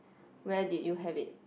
where did you have it